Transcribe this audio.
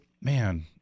man